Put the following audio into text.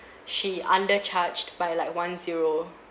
she under charged by like one zero